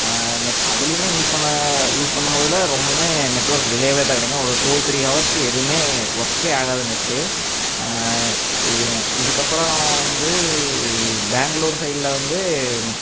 net அதிலையுமே use பண்ண use பண்ணும் போதில் ரொம்பவுமே நெட் ஒர்க் டிலேவே தான் கிடைக்கும் ஒரு டூ த்ரீ ஹவர்ஸுக்கு எதுவுமே ஒர்கே ஆகாது நெட்டு இதுக்கப்புறம் வந்து பேங்களூர் சைட்டில் வந்து